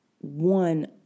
one